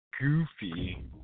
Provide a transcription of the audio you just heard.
goofy